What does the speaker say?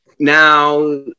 Now